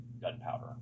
gunpowder